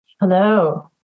Hello